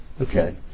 okay